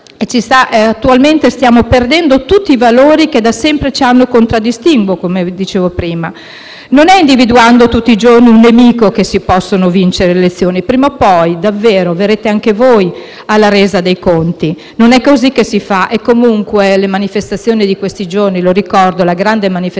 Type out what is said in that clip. Non è individuando tutti i giorni un nemico che si possono vincere le elezioni. Prima o poi verrete anche voi alla resa dei conti. Non è così che si fa e comunque le proteste degli ultimi giorni - lo ricordo - come la grande manifestazione del 2 marzo a Milano sono state una grande risposta a tutto quello che sta succedendo e a tutte le azioni che sta facendo